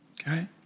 okay